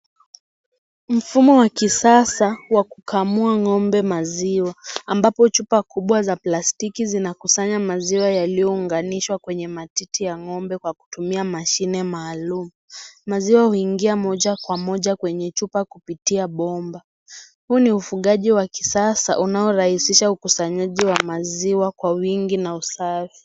Mfumo wa kisasa wa kukamua ng'ombe maziwa ambapo chupa kubwa za plastiki zinakusanya maziwa yaliyounganishwa kwenye matiti ya ng'ombe kwa kutumia mashine maalum. Maziwa huingia moja kwa moja kwenye chupa kupitia bomba . Huu ni ufugaji wa kisasa unao rahisisha ukusanyaji wa maziwa kwa wingi na usafi.